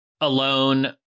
alone